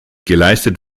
geleistet